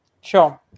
Sure